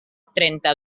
trenta